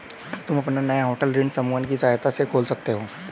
तुम अपना नया होटल ऋण समूहन की सहायता से खोल सकते हो